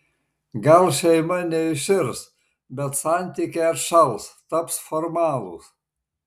gal šeima neiširs bet santykiai atšals taps formalūs